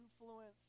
influence